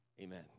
Amen